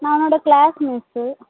நான் அவனோட class miss